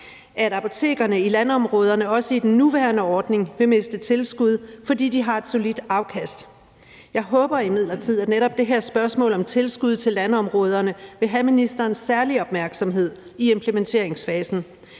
at apotekerne i landområderne også i den nuværende ordning vil miste tilskud, fordi de har et solidt afkast. Jeg håber imidlertid, at netop det her spørgsmål om tilskud til landområderne vil have ministerens særlige opmærksomhed i implementeringsfasen.